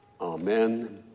Amen